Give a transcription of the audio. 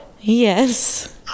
Yes